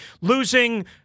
Losing